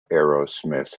aerosmith